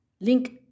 link